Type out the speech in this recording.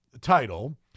title